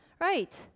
right